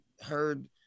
heard